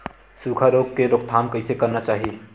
सुखा रोग के रोकथाम कइसे करना चाही?